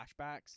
flashbacks